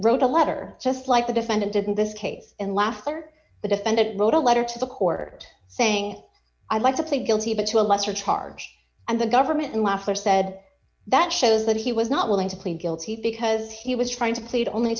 wrote a letter just like the defendant didn't this case and laughter the defendant wrote a letter to the court saying i'd like to plead guilty to a lesser charge and the government laughter said that shows that he was not willing to plead guilty because he was trying to plead only